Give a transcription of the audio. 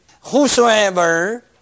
whosoever